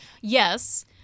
Yes